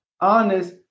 honest